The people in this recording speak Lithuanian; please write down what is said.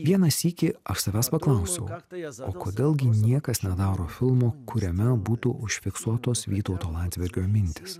vieną sykį aš savęs paklausiau o kodėl gi niekas nedaro filmo kuriame būtų užfiksuotos vytauto landsbergio mintys